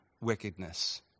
wickedness